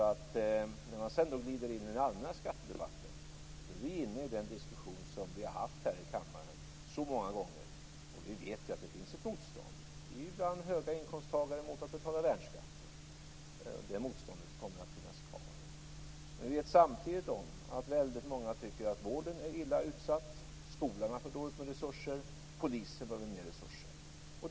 När man sedan glider in i den allmänna skattedebatten är man tillbaka vid den diskussion som vi så många gånger har haft här i kammaren. Vi vet ju att det finns ett motstånd bland höga inkomsttagare mot att betala värnskatt, och det motståndet kommer att finnas kvar. Jag vet samtidigt att väldigt många tycker att vården är illa utsatt, att skolan har för dåligt med resurser och att polisen behöver mer resurser.